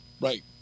right